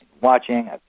watching